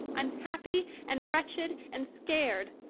i'm happy and wretched and scared.